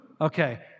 Okay